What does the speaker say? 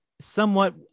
somewhat